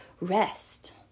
rest